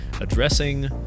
addressing